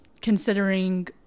considering